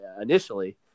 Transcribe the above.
initially